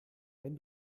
wenn